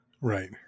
Right